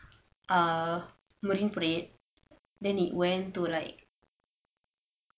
uh marine parade then it went to like